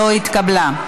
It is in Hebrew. לא התקבלה.